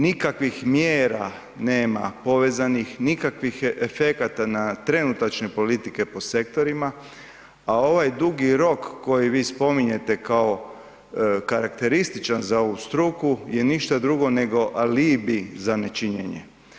Nikakvih mjera nema povezanih, nikakvih efekata na trenutačne politike po sektorima, a ovaj dugi rok koji vi spominjete kao karakterističan za ovu struku je ništa drugo nego alibi za nečinjenje.